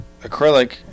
acrylic